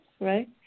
right